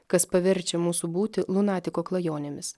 kas paverčia mūsų būtį lunatiko klajonėmis